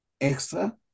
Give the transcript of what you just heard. extra